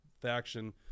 faction